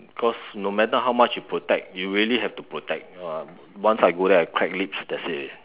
cause no matter how much you protect you really have to protect !wah! once I go there I crack lips that's it already